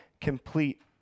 complete